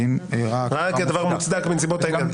ראה כי הדבר מוצדק בנסיבות העניין.